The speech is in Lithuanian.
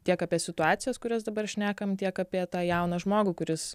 tiek apie situacijas kurias dabar šnekam tiek apie tą jauną žmogų kuris